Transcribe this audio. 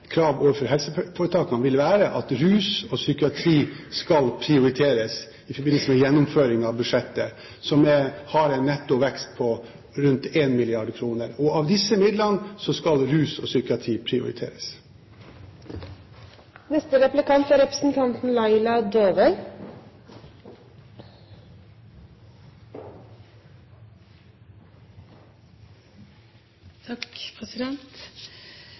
krav overfor helseforetakene vil være at rus og psykiatri skal prioriteres i forbindelse med gjennomføringen av budsjettet, som har en netto vekst på rundt 1 mrd. kr. Av disse midlene skal altså rus og psykiatri prioriteres. Jeg er helt enig i representanten